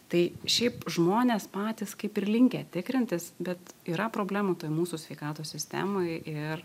tai šiaip žmonės patys kaip ir linkę tikrintis bet yra problemų toj mūsų sveikatos sistemoj ir